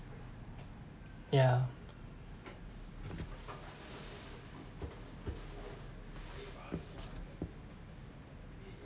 ya